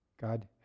God